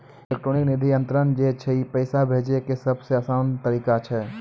electronic निधि अन्तरन जे छै ई पैसा भेजै के सभ से असान तरिका छै